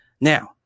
Now